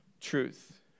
truth